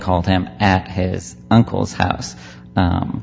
called him at his uncle's house